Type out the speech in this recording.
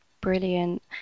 Brilliant